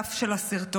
נוסף של הסרטון.